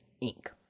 ink